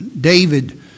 David